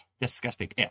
disgusting